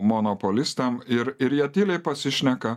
monopolistam ir ir jie tyliai pasišneka